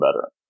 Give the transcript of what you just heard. better